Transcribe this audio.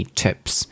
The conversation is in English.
tips